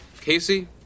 Casey